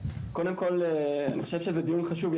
קודם כל אני חושב שזה דיון חשוב.